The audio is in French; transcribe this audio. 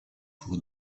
pour